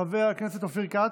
חברת הכנסת סגמן,